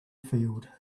field